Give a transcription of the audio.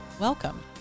Welcome